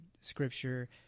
scripture